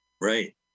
Right